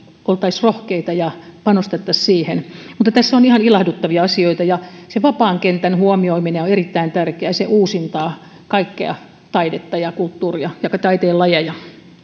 oltaisiin rohkeita ja panostettaisiin siihen mutta tässä on ihan ilahduttavia asioita ja se vapaan kentän huomioiminen on erittäin tärkeää se uusintaa kaikkea taidetta ja kulttuuria ja taiteenlajeja